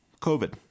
COVID